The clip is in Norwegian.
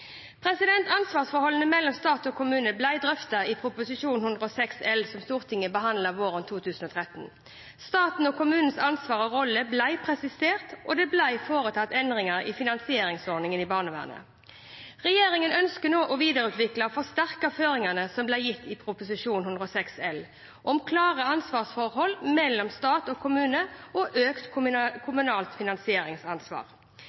Ansvarsforholdene mellom stat og kommune ble drøftet i Prop. 106 L for 2012–2013, som Stortinget behandlet våren 2013. Statens og kommunens ansvar og roller ble presisert, og det ble foretatt endringer i finansieringsordningen i barnevernet. Regjeringen ønsker å videreutvikle og forsterke føringene som ble gitt i Prop. 106 L for 2012–2013 om klare ansvarsforhold mellom stat og kommune og økt